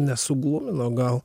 nesuglumino gal